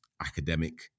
academic